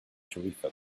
tarifa